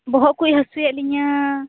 ᱵᱚᱦᱚᱜ ᱠᱚ ᱦᱟᱹᱥᱩᱭᱮᱜ ᱞᱤᱧᱟ